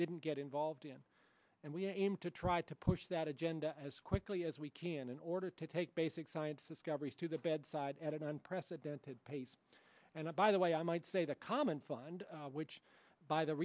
get involved in and we aim to try to push that agenda as quickly as we can in order to take basic science discoveries to the bedside at an unprecedented pace and i by the way i might say the common fund which by the